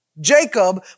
Jacob